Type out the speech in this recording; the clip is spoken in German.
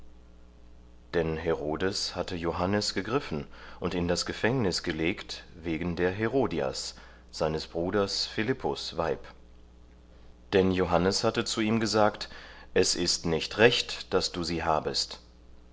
denn herodes hatte johannes gegriffen und in das gefängnis gelegt wegen der herodias seines bruders philippus weib denn johannes hatte zu ihm gesagt es ist nicht recht daß du sie habest